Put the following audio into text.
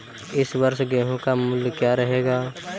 इस वर्ष गेहूँ का मूल्य क्या रहेगा?